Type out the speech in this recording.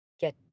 get